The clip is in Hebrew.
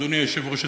אדוני היושב-ראש,